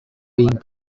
being